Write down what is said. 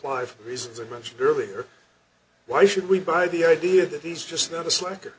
life reasons i mentioned earlier why should we buy the idea that he's just not a slacker